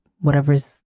whatever's